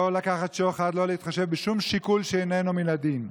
לא לקח שוחד, לא התחשב בשום שיקול שאיננו מן הדין.